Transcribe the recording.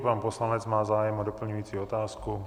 Pan poslanec má zájem o doplňující otázku.